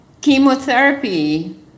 chemotherapy